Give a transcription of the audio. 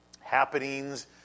happenings